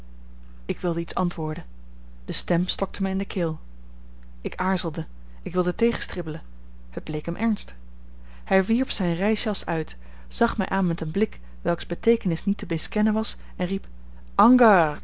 ik wilde iets antwoorden de stem stokte mij in de keel ik aarzelde ik wilde tegenstribbelen het bleek hem ernst hij wierp zijn reisjas uit zag mij aan met een blik welks beteekenis niet te miskennen was en riep